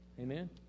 amen